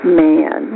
man